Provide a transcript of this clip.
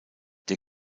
der